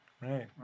Right